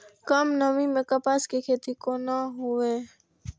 कम नमी मैं कपास के खेती कोना हुऐ?